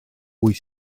wyt